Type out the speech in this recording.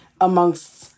amongst